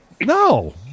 No